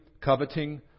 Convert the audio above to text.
coveting